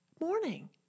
morning